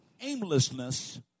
aimlessness